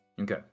Okay